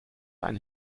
eine